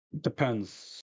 depends